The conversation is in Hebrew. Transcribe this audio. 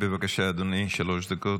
בבקשה, אדוני, שלוש דקות.